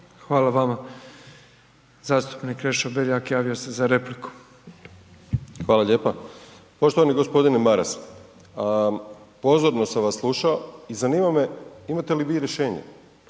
Hvala vama. Zastupnik Krešo Beljak javio se za repliku. **Beljak, Krešo (HSS)** Hvala lijepa. Poštovani g. Maras, pozorno sam vas slušao i zanima me imate li vi rješenje?